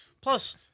Plus